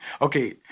Okay